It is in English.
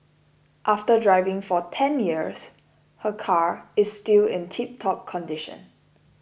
after driving for ten years her car is still in tiptop condition